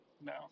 no